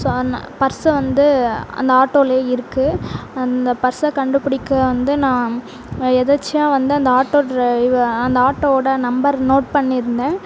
so பர்ஸை வந்து அந்த ஆட்டோவிலே இருக்குது அந்த பர்ஸை கண்டுபிடிக்க வந்து நான் எதேர்ச்சியா வந்து அந்த ஆட்டோ ட்ரைவ அந்த ஆட்டோவோட நம்பர் நோட் பண்ணியிருந்தேன்